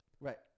Right